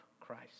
Christ